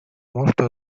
molto